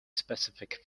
specific